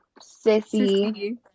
sissy